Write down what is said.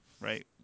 right